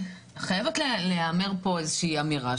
חייבת להיאמר פה איזושהי אמירה,